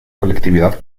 colectividad